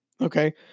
Okay